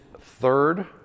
third